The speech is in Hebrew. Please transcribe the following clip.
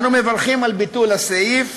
אנו מברכים על ביטול הסעיף,